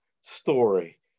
story